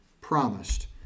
promised